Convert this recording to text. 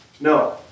No